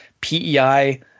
PEI